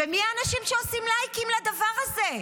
ומי האנשים שעושים לייקים לדבר הזה?